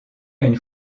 une